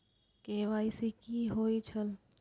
KYC कि होई छल?